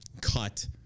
Cut